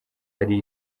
yari